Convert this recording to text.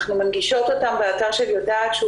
אנחנו מנגישות אותם באתר של 'יודעת' שהוא